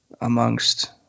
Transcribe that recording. amongst